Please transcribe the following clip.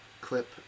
clip